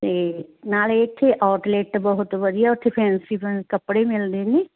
ਅਤੇ ਨਾਲੇ ਇੱਥੇ ਓਟਲੇਟ ਬਹੁਤ ਵਧੀਆ ਉੱਥੇ ਫੈਂਸੀ ਕੱਪੜੇ ਮਿਲਦੇ ਨੇ